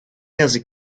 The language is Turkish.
yazık